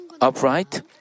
upright